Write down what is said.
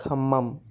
Khammam